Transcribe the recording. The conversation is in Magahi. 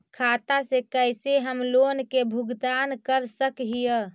खाता से कैसे हम लोन के भुगतान कर सक हिय?